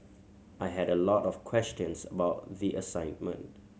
I had a lot of questions about the assignment